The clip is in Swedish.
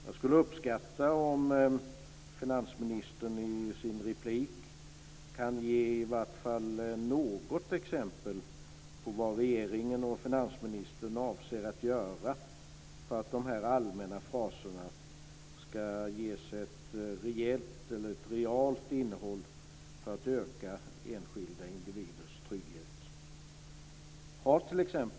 Jag skulle uppskatta om finansministern i nästa inlägg kunde ge i varje fall något exempel på vad regeringen och finansministern avser att göra för att de här allmänna fraserna ska få ett realt innehåll när det gäller att öka enskilda individers trygghet.